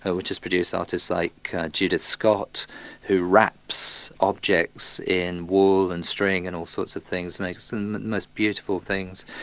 ah which has produced artists like judith scott who wraps objects in wool and string and all sorts of things and makes um the most beautiful things.